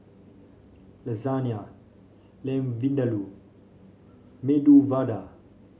Lasagne Lamb Vindaloo Medu Vada